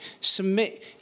submit